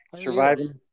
Surviving